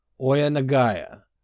Oya-Nagaya